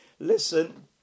Listen